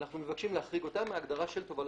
אנחנו מבקשים להחריג אותם מההגדרה של "תובלה